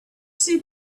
see